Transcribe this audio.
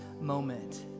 moment